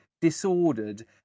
disordered